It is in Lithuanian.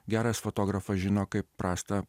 geras fotografas žino kaip prastą